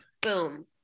Boom